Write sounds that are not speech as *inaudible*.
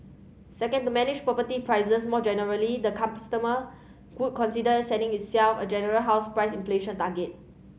second to manage property prices more generally the *unintelligible* could consider setting itself a general house price inflation target